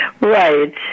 Right